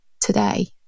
today